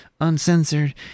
uncensored